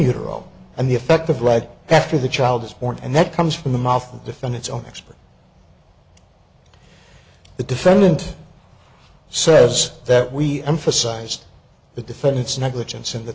utero and the effect of right after the child is born and that comes from the mouth and defend its own expert the defendant says that we emphasize the defendant's negligence and th